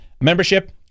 membership